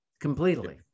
completely